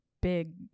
big